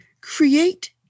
create